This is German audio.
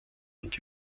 und